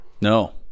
No